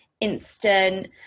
instant